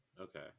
Okay